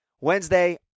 Wednesday